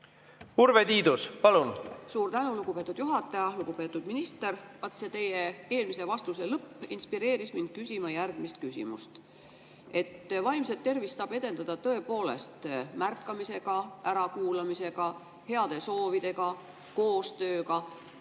Urve Tiidus, palun! Suur tänu, lugupeetud juhataja! Lugupeetud minister! Vaat see teie eelmise vastuse lõpp inspireeris mind küsima järgmist küsimust. Vaimset tervist saab edendada tõepoolest märkamisega, ärakuulamisega, heade soovidega, koostööga.